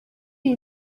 iyi